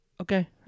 Okay